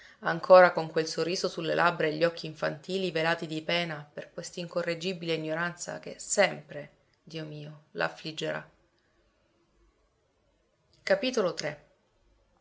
ancora con quel sorriso sulle labbra e gli occhi infantili velati di pena per quest'incorreggibile ignoranza che sempre dio mio la affliggerà tre